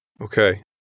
Okay